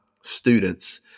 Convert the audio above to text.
students